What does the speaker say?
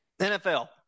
NFL